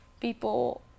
people